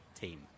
team